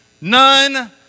none